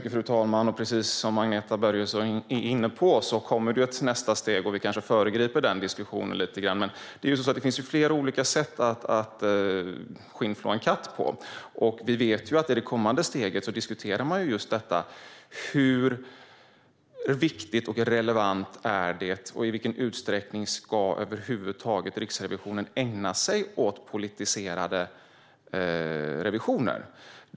Fru talman! Precis som Agneta Börjesson är inne på kommer det ett nästa steg. Vi kanske föregriper den diskussionen lite grann, men det finns flera olika sätt att skinnflå en katt. Vi vet att man i det kommande steget diskuterar just detta: Hur viktigt och relevant är det, och i vilken utsträckning över huvud taget ska Riksrevisionen ägna sig åt politiserade revisioner?